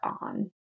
on